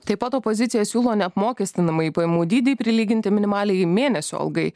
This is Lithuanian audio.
taip pat opozicija siūlo neapmokestinamąjį pajamų dydį prilyginti minimaliai mėnesio algai